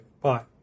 Bye